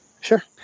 Sure